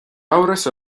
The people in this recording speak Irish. amhras